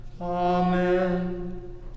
amen